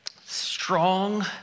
strong